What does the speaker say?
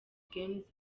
games